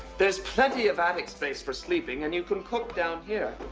there's plenty of attic space for sleeping, and you can cook down here.